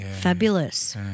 Fabulous